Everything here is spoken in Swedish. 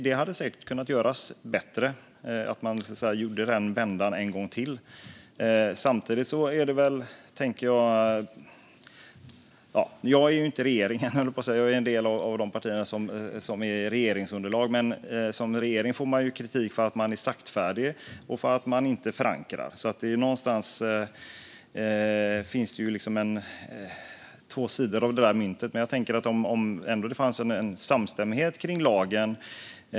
Det hade säkert kunnat göras bättre, med den vändan en gång till. Jag är inte regering utan en del av regeringsunderlaget, men som regering får man ju kritik för att man är saktfärdig och för att man inte förankrar. Någonstans finns det två sidor av det myntet. Men jag tänker att det ju ändå fanns en samstämmighet kring lagen.